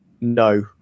no